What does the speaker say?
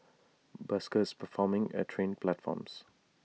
buskers performing at train platforms